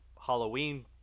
Halloween